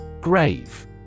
Grave